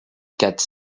quatre